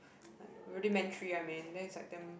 rudimentary I mean then it's like damn